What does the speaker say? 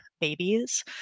babies